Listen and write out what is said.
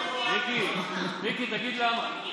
מיקי, תגיד למה.